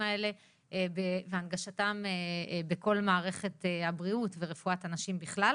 האלה והנגשתם בכל מערכת הבריאות ורפואת הנשים בכלל.